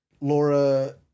Laura